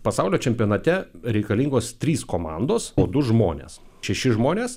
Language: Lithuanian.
pasaulio čempionate reikalingos trys komandos po du žmones šeši žmonės